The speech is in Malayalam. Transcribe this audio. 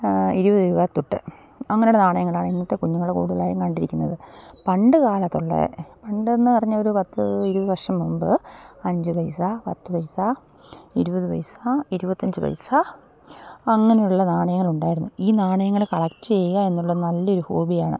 ഇരുപത് രൂപ തുട്ട് അങ്ങനെയുള്ള നാണയങ്ങളാണ് ഇന്നത്തെ കുഞ്ഞുങ്ങൾ കൂടുതലായും കണ്ടിരിക്കുന്നത് പണ്ട് കാലത്തുള്ളത് പണ്ടെന്ന് പറഞ്ഞാലൊരു പത്ത് ഇരുപത് വർഷം മുമ്പ് അഞ്ച് പൈസ പത്ത് പൈസ ഇരുപത് പൈസ ഇരുപത്തഞ്ച് പൈസ അങ്ങനെയുള്ള നാണയങ്ങളുണ്ടായിരുന്നു ഈ നാണയങ്ങൾ കളക്ട് ചെയ്യുകയെന്നുള്ളത് നല്ലൊരു ഹോബിയാണ്